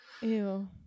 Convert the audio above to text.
Ew